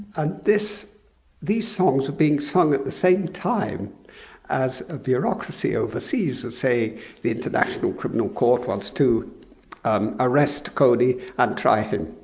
and this these songs are being sung at the same time as ah bureaucracy overseas will and say the international criminal court wants to um arrest kony and try him.